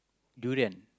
durian